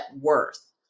worth